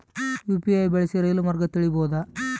UPI ಬಳಸಿ ರೈಲು ಮಾರ್ಗ ತಿಳೇಬೋದ?